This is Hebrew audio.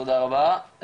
תודה רבה.